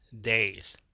days